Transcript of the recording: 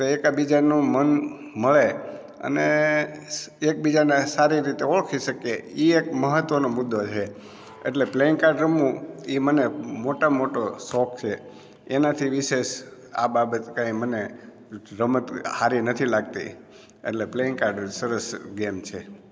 તો એકાબીજાનું મન મળે અને એકબીજાને સારી રીતે ઓળખી શકીએ એ એક મહત્ત્વનો મુદ્દો છે એટલે પ્લેઇંગ કાર્ડ રમવું એ મને મોટામાં મોટો શોખ છે એનાથી વિશેષ આ બાબત કંઈ મને રમત સારી નથી લાગતી એટલે પ્લેઇંગ કાર્ડ સરસ ગેમ છે